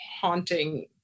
haunting